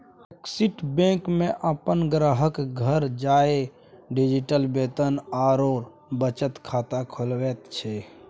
axis Bank अपन ग्राहकक घर जाकए डिजिटल वेतन आओर बचत खाता खोलैत छै